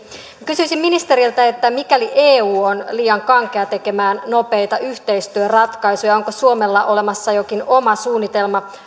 kysyisin ministeriltä mikäli eu on liian kankea tekemään nopeita yhteistyöratkaisuja onko suomella olemassa jokin oma suunnitelma